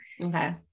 Okay